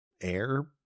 air